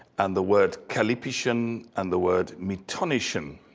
and the word kallippischen and the word metonischen.